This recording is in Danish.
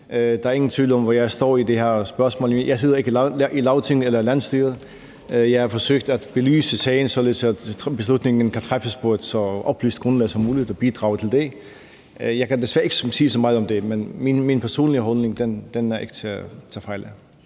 Der er ingen tvivl om, hvor jeg står i det her spørgsmål. Jeg sidder ikke i Lagtinget eller landsstyret. Jeg har forsøgt at belyse sagen, således at beslutningen kan træffes på et så oplyst grundlag som muligt – det har jeg bidraget til. Jeg kan desværre ikke sige så meget om det, men min personlige holdning er ikke til at tage fejl af.